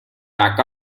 back